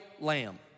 lamb